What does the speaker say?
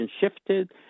shifted